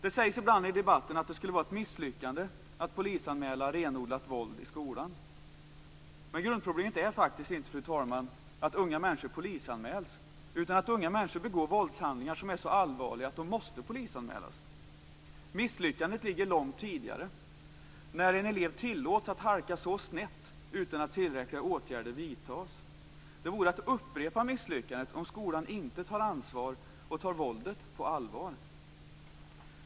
Det sägs ibland i debatten att det skulle vara ett misslyckande att polisanmäla renodlat våld i skolan, men grundproblemet är faktiskt inte, fru talman, att unga människor polisanmäls utan att unga människor begår våldshandlingar som är så allvarliga att de måste polisanmälas. Misslyckandet ligger långt tidigare när en elev tillåts att halka så snett utan att tillräckliga åtgärder vidtas. Det vore att upprepa misslyckandet om skolan inte tar ansvar och tar våldet på allvar.